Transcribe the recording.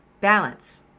Balance